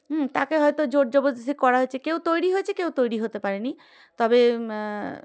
হুম তাকে হয়তো জোর জবরদস্তি করা হয়েছে কেউ তৈরি হয়েছে কেউ তৈরি হতে পারে নি তবে